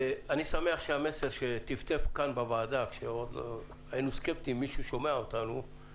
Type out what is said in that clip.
אני שמח שהמסר שאנחנו מטפטפים בוועדה התחיל לחלחל גם לממשלה,